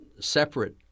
separate